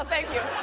um thank you.